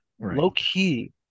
Low-key